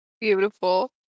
Beautiful